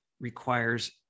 requires